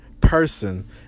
person